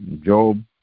Job